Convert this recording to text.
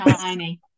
tiny